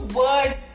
words